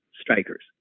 strikers